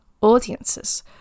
Audiences